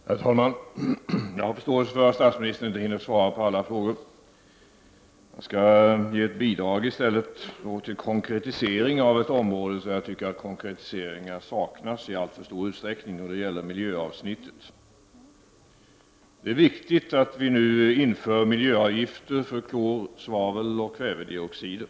Herr talman! Jag har förståelse för att statsministern inte hinner svara på alla frågor. Jag skall ge ett bidrag till konkretiseringen av ett område, där jag tycker att konkretiseringar saknas i alltför stor utsträckning, nämligen miljöavsnittet. Det är viktigt att vi nu inför miljöavgifter för klor, svavel och kvävedioxider.